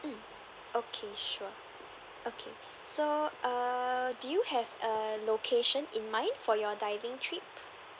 mm okay sure okay so err do you have a location in mind for your diving trip